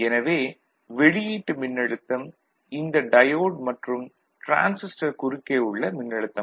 எனவே வெளியீட்டு மின்னழுத்தம் இந்த டயோடு மற்றும் டிரான்சிஸ்டர் குறுக்கே உள்ள மின்னழுத்தம் ஆகும்